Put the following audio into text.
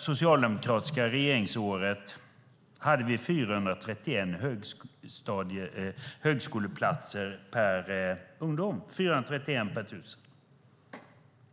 socialdemokratiska regeringsåret, hade vi 431 högskoleplatser per 1 000 ungdomar.